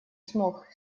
смог